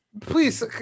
Please